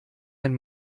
ein